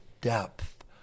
depth